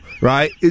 right